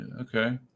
Okay